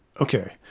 okay